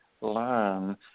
learn